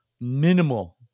minimal